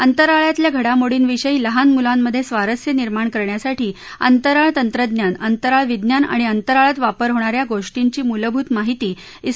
अंतराळातल्या घडामोडींविषयी लहान मुलांमध्ये स्वारस्य निर्माण करण्यासाठी अंतराळ तंत्रज्ञान अंतराळ विज्ञान आणि अंतराळात वापर होणाऱ्या गोर्टीची मूलभूत माहिती झोचे शास्वज्ञ देणार आहेत